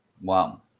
Wow